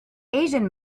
asian